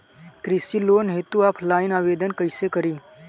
कृषि लोन हेतू ऑफलाइन आवेदन कइसे करि?